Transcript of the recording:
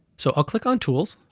so i'll click on tools,